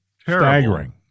staggering